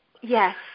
Yes